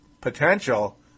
potential